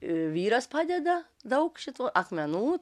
vyras padeda daug šitų akmenų